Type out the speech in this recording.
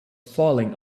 falling